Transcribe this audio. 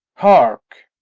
hark!